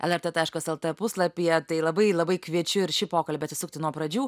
lrt taškas lt puslapyje tai labai labai kviečiu ir šį pokalbį atsisukti nuo pradžių